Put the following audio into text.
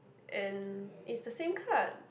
and it's the same card